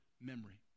memory